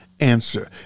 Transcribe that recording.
answer